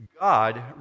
God